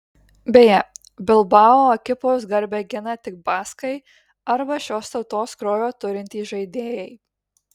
beje bilbao ekipos garbę gina tik baskai arba šios tautos kraujo turintys žaidėjai